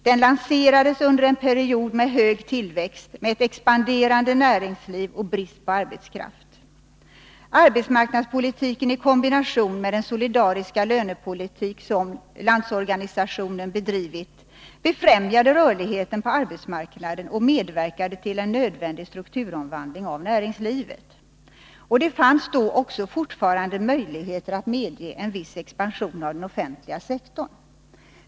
Den lanserades under en period med hög tillväxt, med ett expanderande näringsliv och brist på arbetskraft. Arbetsmarknadspolitiken i kombination med den solidariska lönepolitik som Landsorganisationen har bedrivit befrämjade rörligheten på arbetsmarknaden och medverkade till en nödvän dig strukturomvandling av näringslivet. Det fanns då också fortfarande möjligheter att medge en viss expansion av den offentliga sektorn.